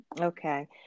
Okay